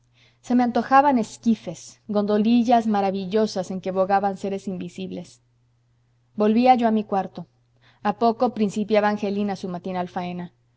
se me antojaban esquifes gondolillas maravillosas en que bogaban seres invisibles volvía yo a mi cuarto a poco principiaba angelina su matinal faena